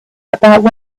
about